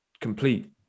complete